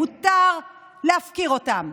מותר להפקיר אותן,